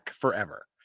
forever